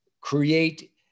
create